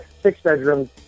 six-bedrooms